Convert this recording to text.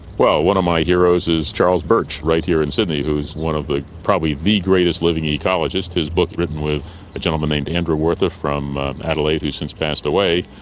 well, one of my heroes is charles birch, right here in sydney, who is one of the, probably the greatest living ecologist. his book, written with a gentleman named andrewartha from adelaide who has since passed away,